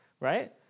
right